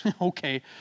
Okay